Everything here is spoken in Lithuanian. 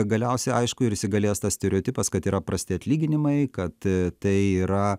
galiausiai aišku ir įsigalės tas stereotipas kad yra prasti atlyginimai kad tai yra